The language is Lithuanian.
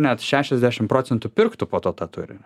net šešiadešim procentų net pirktų po to tą turinį